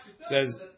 says